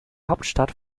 hauptstadt